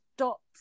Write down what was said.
stops